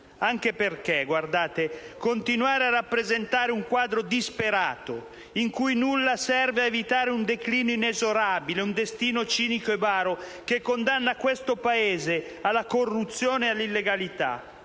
anche perché - guardate - continuare a rappresentare un quadro disperato, in cui nulla serve ad evitare un declino inesorabile, un destino cinico e baro, che condanna questo Paese alla corruzione e all'illegalità,